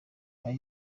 aya